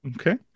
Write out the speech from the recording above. Okay